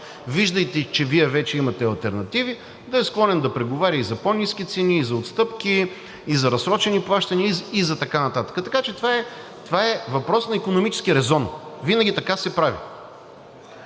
виждайки, че Вие вече имате алтернативи, да е склонен да преговаря за по-ниски цени, за отстъпки, за разсрочени плащания и така нататък. Така че това е въпрос на икономически резон, винаги така се прави.